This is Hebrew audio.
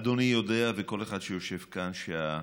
אדוני יודע, וכל אחד שיושב כאן יודע,